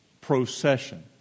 procession